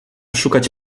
szukać